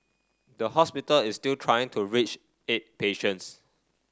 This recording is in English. the hospital is still trying to reach eight patients